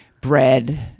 bread